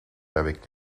avec